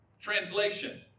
Translation